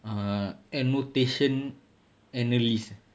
err annotation analyst